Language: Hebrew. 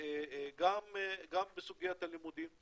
גם בסוגיית הלימודים מרחוק,